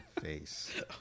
face